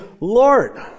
Lord